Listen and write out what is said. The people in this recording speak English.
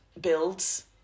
builds